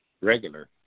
regular